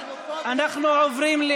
אנחנו עוברים,